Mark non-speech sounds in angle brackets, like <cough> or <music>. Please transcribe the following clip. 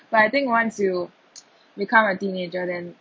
but I think once you <noise> become a teenager then